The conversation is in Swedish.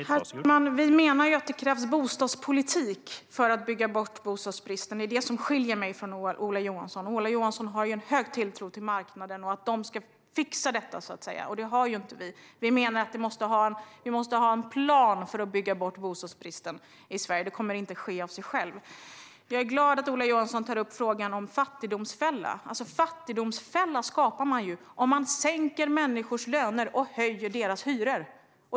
Herr talman! Vi menar att det krävs bostadspolitik för att bygga bort bostadsbristen. Det är det som skiljer mig från Ola Johansson. Ola Johansson har en hög tilltro till marknaden och att den ska fixa detta - det har inte vi. Vi menar att vi måste ha en plan för att bygga bort bostadsbristen i Sverige. Det kommer inte att ske av sig självt. Jag är glad att Ola Johansson tar upp frågan om fattigdomsfälla. En fattigdomsfälla skapar man om man sänker människors löner och höjer deras hyror.